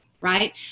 right